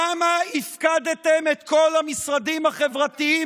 למה הפקדתם את כל המשרדים החברתיים